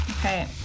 Okay